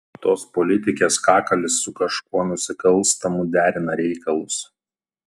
tos politikės kakalis su kažkuo nusikalstamu derina reikalus